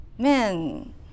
Man